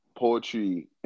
poetry